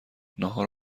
ناهار